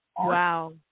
Wow